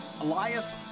Elias